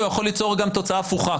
הוא יכול ליצור גם תוצאה הפוכה,